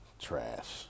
trash